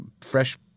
fresh